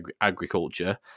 agriculture